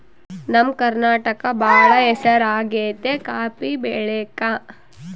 ನಮ್ಮ ಕರ್ನಾಟಕ ಬಾಳ ಹೆಸರಾಗೆತೆ ಕಾಪಿ ಬೆಳೆಕ